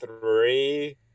Three